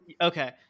Okay